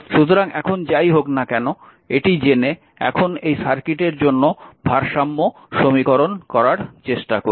সুতরাং এখন যাই হোক না কেন এটি জেনে এখন এই সার্কিটের জন্য ভারসাম্য সমীকরণ করার চেষ্টা করুন